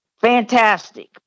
Fantastic